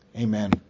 amen